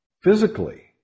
physically